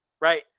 right